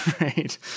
Right